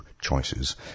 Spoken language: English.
choices